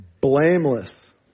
blameless